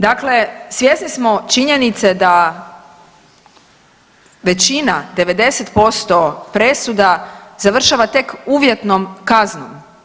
Dakle, svjesni smo činjenice da većina 90% presuda završava tek uvjetnom kaznom.